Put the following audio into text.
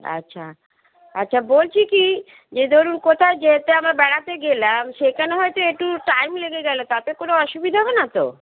আচ্ছা আচ্ছা বলছি কি যে ধরুন কোথায় যেহেততে আমার বেড়াতে গেলাম সেখানে হয়তো একটু টাইম লেগে গেলে তাপ কোনো অসুবিধা হবে না তো